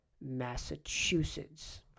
Massachusetts